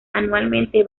anualmente